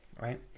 Right